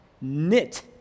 knit